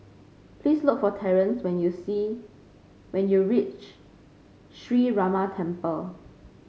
please look for Terrence when you see when you reach Sree Ramar Temple